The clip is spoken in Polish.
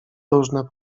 różne